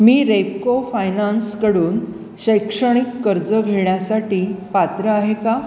मी रेपको फायनान्सकडून शैक्षणिक कर्ज घेण्यासाठी पात्र आहे का